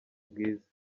bwiza